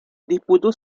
disputó